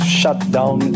shutdown